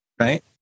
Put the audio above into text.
right